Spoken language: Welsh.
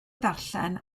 ddarllen